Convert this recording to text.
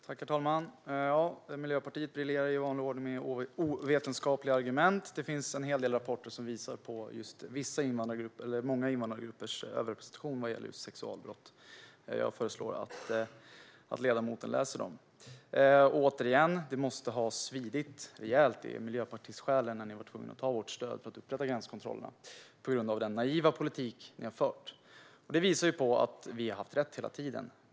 Herr talman! Miljöpartiet briljerar i vanlig ordning med ovetenskapliga argument. Det finns en hel del rapporter som visar på många invandrargruppers överrepresentation vad gäller just sexualbrott. Jag föreslår att ledamoten läser dem. Återigen - det måste ha svidit rejält i miljöpartisjälen när ni var tvungna att ta vårt stöd för att upprätta gränskontrollerna på grund av den naiva politik ni fört. Det visar ju att vi haft rätt hela tiden.